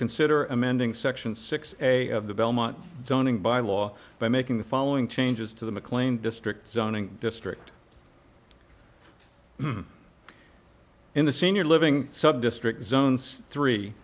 consider amending section six a of the belmont zoning bylaw by making the following changes to the mclean district zoning district in the senior living subdistrict zones three